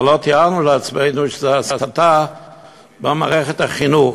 אבל לא תיארנו לעצמנו שזו הסתה במערכת החינוך.